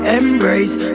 embrace